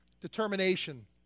determination